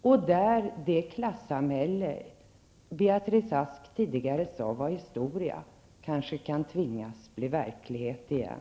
Då kanske det klassamhälle som Betrice Ask tidigare sade var historia tvingas bli verklighet igen.